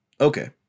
okay